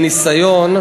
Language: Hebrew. מניסיון,